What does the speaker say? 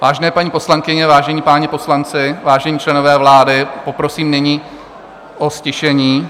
Vážené paní poslankyně, vážení páni poslanci, vážení členové vlády, poprosím nyní o ztišení.